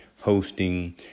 hosting